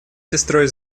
сестрой